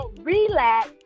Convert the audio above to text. relax